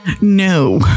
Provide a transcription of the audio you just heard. No